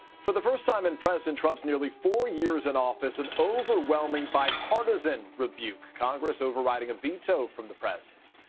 for the first time in president trump's nearly four years in office, an overwhelming, bipartisan rebuke. congress overriding a veto from the president.